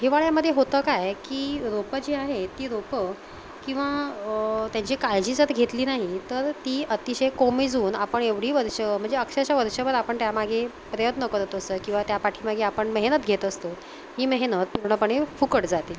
हिवाळ्यामध्ये होतं काय की रोपं जी आहे ती रोपं किंवा त्यांची काळजी जात घेतली नाही तर ती अतिशय कोमेजून आपण एवढी वर्ष म्हणजे अक्षरशः वर्षभर आपण त्यामागे प्रयत्न करत असतं किंवा त्या पाठीमागे आपण मेहनत घेत असतो ही मेहनत पूर्णपणे फुकट जाते